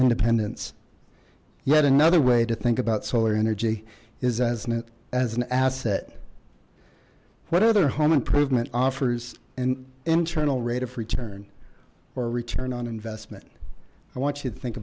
independence yet another way to think about solar energy is asn't it as an asset what other home improvement offers an internal rate of return or return on investment i want you to think